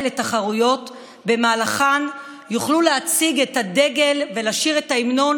לתחרויות שבמהלכן יוכלו להציג את הדגל ולשיר את ההמנון